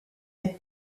est